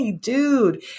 dude